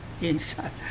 inside